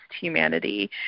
humanity